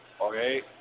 Okay